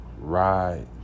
ride